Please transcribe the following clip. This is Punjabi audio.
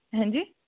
ਹੈਂਜੀ